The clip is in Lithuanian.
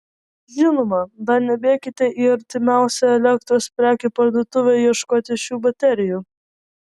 žinoma dar nebėkite į artimiausią elektros prekių parduotuvę ieškoti šių baterijų